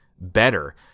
better